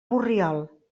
borriol